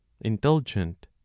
indulgent